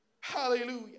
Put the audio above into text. Hallelujah